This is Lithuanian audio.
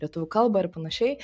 lietuvių kalbą ir panašiai